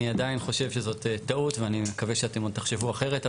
אני עדיין חושב שזו טעות ואני מקווה שאתם עוד תחשבו אחרת.